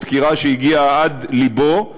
בדקירה שהגיעה עד לבו,